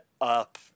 up